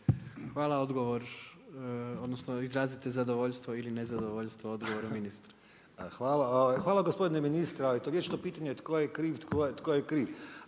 Hvala odgovor. Izrazite zadovoljstvo ili nezadovoljstvo odgovorom ministra. **Mateljan, Damir (SDP)** Hvala gospodine ministre, i to vječito pitanje tko je kriv, tko je kriv.